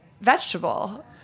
vegetable